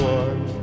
one